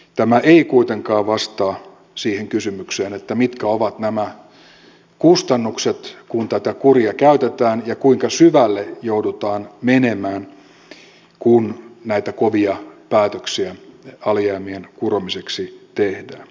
tämä ei kuitenkaan vastaa siihen kysymykseen mitkä ovat nämä kustannukset kun tätä kuria käytetään ja kuinka syvälle joudutaan menemään kun näitä kovia päätöksiä alijäämien kuromiseksi tehdään